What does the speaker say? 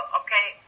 okay